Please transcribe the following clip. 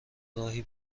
راهی